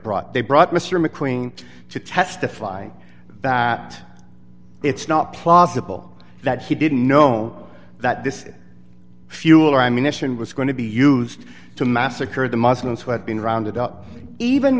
brought they brought mr macqueen to testify that it's not plausible that he didn't know that this fuel ammunition was going to be used to massacre the muslims who had been rounded up even